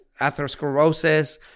atherosclerosis